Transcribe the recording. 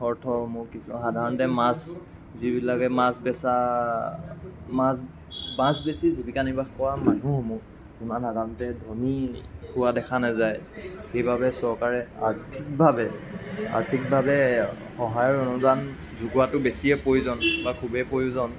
অৰ্থসমূহ সাধাৰণতে মাছ যিবিলাকে মাছ বেচা মাছ বেচি জীৱিকা নিৰ্বাহ কৰা মানুহসমূহ ইমান সাধাৰণতে ধনী হোৱা দেখা নেযায় সেইবাবে চৰকাৰে আৰ্থিকভাৱে আৰ্থিকভাৱে সহায়ৰ অনুদান যোগোৱাটো বেছিয়ে প্ৰয়োজন বা খুবেই প্ৰয়োজন